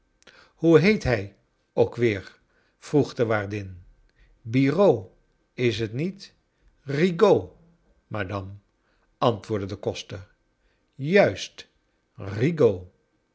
hoe heet hij ook weer vrocg de waardin biraud is t nietrigaud madame antwoordde de koster juist